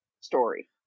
story